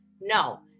No